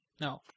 No